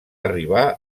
arribar